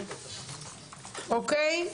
אוקי,